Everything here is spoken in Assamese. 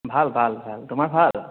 ভাল ভাল ভাল তোমাৰ ভাল